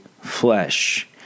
flesh